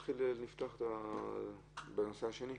נפתח את הנושא השני.